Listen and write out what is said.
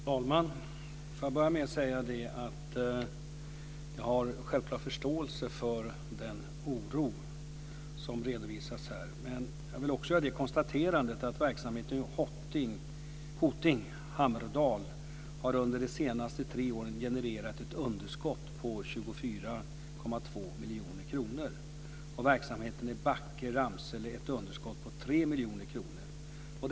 Fru talman! Låt mig börja med att säga att jag självfallet har förståelse för den oro som redovisas här. Men jag vill också göra konstaterandet att verksamheten i Hoting och Hammerdal under de senaste tre åren har genererat ett underskott på 24,2 miljoner kronor. Verksamheten i Backe och Ramsele har ett underskott på 3 miljoner kronor.